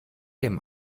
dem